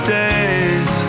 days